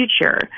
future